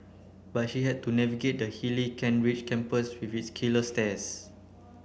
but he had to navigate the hilly Kent Ridge campus with its killer stairs